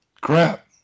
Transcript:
Crap